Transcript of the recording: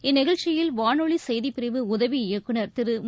இந்நிகழ்ச்சியில் வானொலி செய்திப்பிரிவு உதவி இயக்குனர் திரு மு